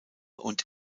und